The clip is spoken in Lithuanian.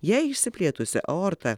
jei išsiplėtusią aortą